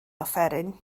offeryn